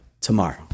tomorrow